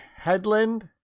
headland